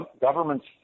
government's